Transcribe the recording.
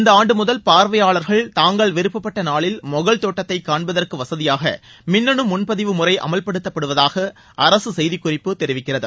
இந்த ஆண்டு முதல் பார்வையாளர்கள் தாங்கள் விருப்பப்பட்ட நாளில் மொஹல் தோட்டத்தை காண்பதற்கு வசதியாக மின்னனு முன்பதிவு முறை அமல்படுத்தப்படுவதாக அரசு செய்திக்குறிப்பு தெரிவிக்கிறது